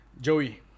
Joey